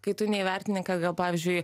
kai tu neįvertini ką gal pavyzdžiui